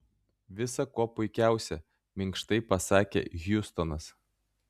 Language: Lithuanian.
visa kuo puikiausia minkštai pasakė hjustonas